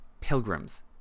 pilgrims